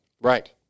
Right